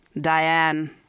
Diane